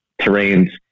terrains